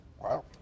Wow